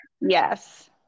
Yes